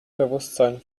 bewusstsein